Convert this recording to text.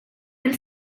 del